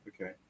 Okay